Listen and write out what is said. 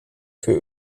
für